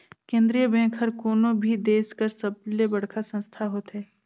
केंद्रीय बेंक हर कोनो भी देस कर सबले बड़खा संस्था होथे